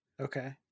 Okay